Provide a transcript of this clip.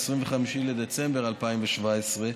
25 בדצמבר 2017,